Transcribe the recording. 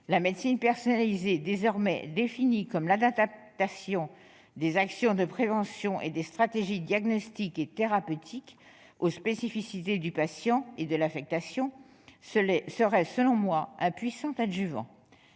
la médecine personnalisée, désormais définie comme l'adaptation des actions de prévention et des stratégies diagnostiques et thérapeutiques aux spécificités du patient et de l'affection, serait selon moi un puissant adjuvant.